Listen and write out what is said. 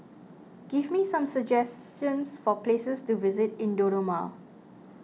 give me some suggestions for places to visit in Dodoma